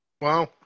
Wow